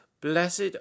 blessed